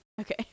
okay